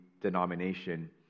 denomination